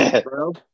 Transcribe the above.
bro